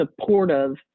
supportive